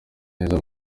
neza